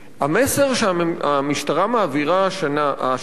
המסר שהמשטרה מעבירה השנה,